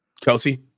Kelsey